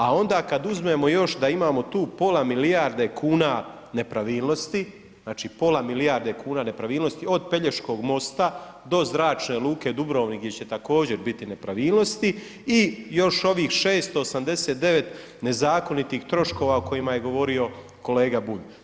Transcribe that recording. A onda kada uzmemo još da imamo tu pola milijarde kuna nepravilnosti, znači pola milijarde kuna nepravilnosti od Pelješkog mosta do zračne luke Dubrovnik gdje će također biti nepravilnosti i još ovih 689 nezakonitih troškova o kojima je govorio kolega Bulj.